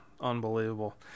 unbelievable